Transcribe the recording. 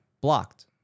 blocked